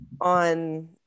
on